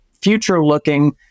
future-looking